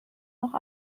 noch